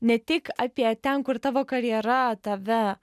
ne tik apie ten kur tavo karjera tave